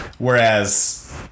Whereas